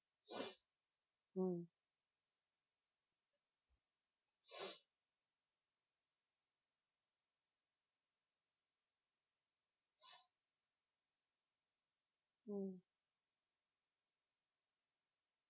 mm mm